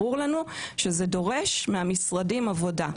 ברור לנו שזה דורש מהמשרדים עבודה.